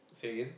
say again